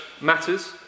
matters